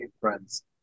friends